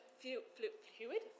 fluid